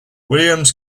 williams